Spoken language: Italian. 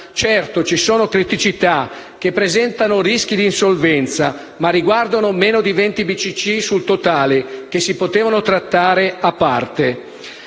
Certo, ci sono criticità che presentano rischi di insolvenza, ma riguardano meno di 20 BCC sul totale, che si potevano trattare a parte.